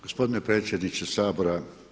Gospodine predsjedniče Sabora!